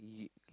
like